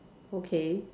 okay